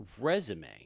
resume